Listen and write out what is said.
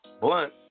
Blunt